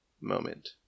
moment